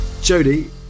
Jody